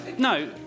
No